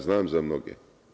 Znam za mnoge.